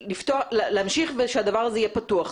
להמשיך שהדבר הזה יהיה פתוח.